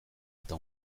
eta